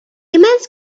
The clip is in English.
immense